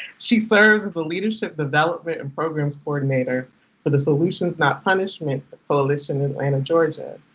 she serves as the leadership, development, and programs coordinator for the solutions not punishment coalition in atlanta, georgia.